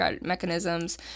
mechanisms